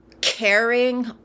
caring